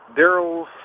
Daryl's